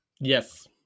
Yes